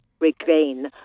regain